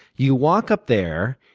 you walk up there,